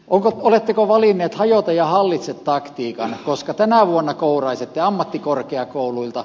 oletteko valinneet hajota ja hallitse taktiikan koska tänä vuonna kouraisette ammattikorkeakouluilta